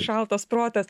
šaltas protas